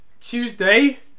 Tuesday